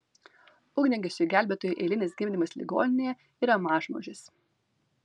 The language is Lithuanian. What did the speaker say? ugniagesiui gelbėtojui eilinis gimdymas ligoninėje yra mažmožis